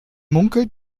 munkelt